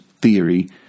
theory